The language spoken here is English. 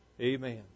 Amen